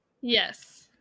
Yes